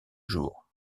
jours